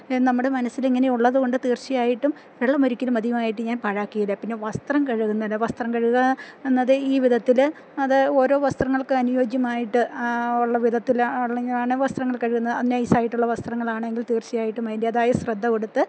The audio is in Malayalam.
നമ്മുടെ മനസ്സിലിങ്ങനെയുള്ളതുകൊണ്ടു തീർച്ചയായിട്ടും വെള്ളം ഒരിക്കലും അധികമായിട്ട് ഞാൻ പാഴാക്കുകേല പിന്നെ വസ്ത്രം കഴുകുന്നതിന്റെ വസ്ത്രം കഴുകുക എന്നത് ഈ വിധത്തില് അത് ഓരോ വസ്ത്രങ്ങൾക്ക് അനുയോജ്യമായിട്ട് ഉള്ള വിധത്തില് അല്ലെങ്കില് വസ്ത്രങ്ങൾ കഴുകുന്നത് അത് നൈസായിട്ടുള്ള വസ്ത്രങ്ങളാണ് എങ്കിൽ തീർച്ചയായിട്ടും അതിന്റേതായ ശ്രദ്ധ കൊടുത്ത്